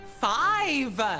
Five